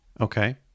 okay